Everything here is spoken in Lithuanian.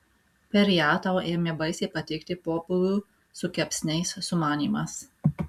per ją tau ėmė baisiai patikti pobūvių su kepsniais sumanymas